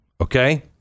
Okay